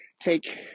take